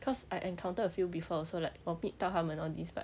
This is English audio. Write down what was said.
cause I encountered a few before also like 我 meet 到他们 all these [what]